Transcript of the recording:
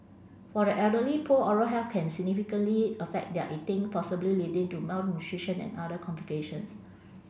for the elderly poor oral health can significantly affect their eating possibly leading to malnutrition and other complications